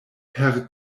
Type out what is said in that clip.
per